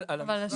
עבר הזמן,